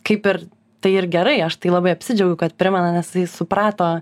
kaip ir tai ir gerai aš tai labai apsidžiaugiau kad primena nes suprato